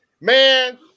Man